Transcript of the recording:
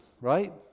right